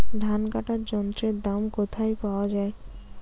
ধান কাটার যন্ত্রের দাম কোথায় পাওয়া যায়?